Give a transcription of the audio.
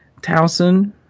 Towson